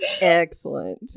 excellent